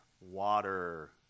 water